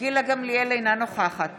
אינה נוכחת